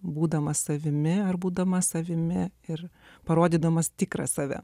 būdamas savimi ar būdamas savimi ir parodydamas tikrą save